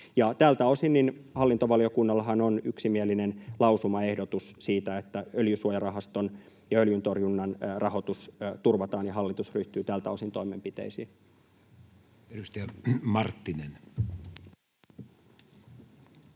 Tältä osin hallintovaliokunnallahan on yksimielinen lausumaehdotus siitä, että öljyntorjunnan rahoitus turvataan ja hallitus ryhtyy tältä osin toimenpiteisiin. Edustaja Marttinen.